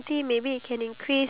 I mean